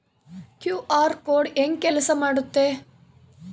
QR code ಹೆಂಗ ಕೆಲಸ ಮಾಡುತ್ತೆ?